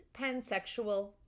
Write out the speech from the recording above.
Pansexual